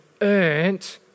earned